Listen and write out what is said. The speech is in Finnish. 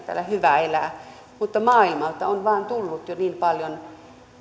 täällä hyvä elää mutta maailmalta on vain tullut jo niin paljon